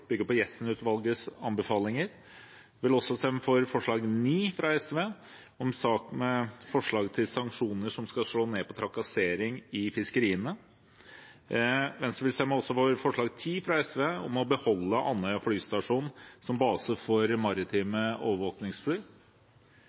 på Jenssen-utvalgets anbefalinger. Vi vil stemme for forslag nr. 9, fra SV, om forslag til sanksjoner som skal slå ned på trakassering i fiskeriene. Venstre vil stemme for forslag nr. 10, fra SV, om å beholde Andøya flystasjon som base for maritime